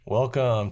Welcome